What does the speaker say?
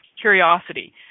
curiosity